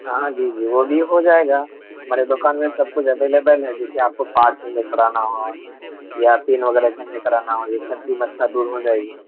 ہاں جی جی وہ بھی ہو جائے گا ہمارے دکان میں سب کچھ اویلیبل ہے جیسے آپ کو پارٹ چینج کرانا ہو یا پن وغیرہ چینج کرانا ہو یہ سب دور ہو جائے گی